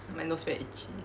my nose very itchy